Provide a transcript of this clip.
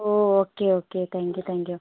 oh okay okay thank you thank you